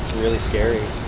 really scary.